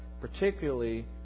particularly